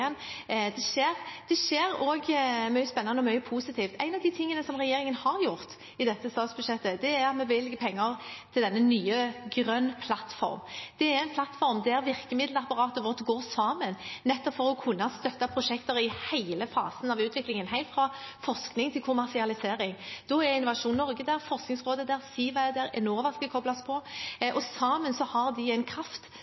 Det skjer mye spennende og mye positivt. Noe av det som regjeringen har gjort i dette statsbudsjettet, er at vi har bevilget penger til den nye Grønn plattform. Det er en plattform der virkemiddelapparatet vårt går sammen for å kunne støtte prosjekter i hele fasen av utviklingen, helt fra forskning til kommersialisering. Da er Innovasjon Norge der. Forskningsrådet er der. Siva er der. Enova skal kobles på.